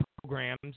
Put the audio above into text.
programs